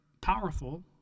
powerful